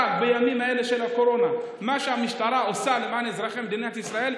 אבל בימים אלה של הקורונה מה שהמשטרה עושה למען אזרחי מדינת ישראל,